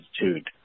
attitude